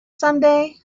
someday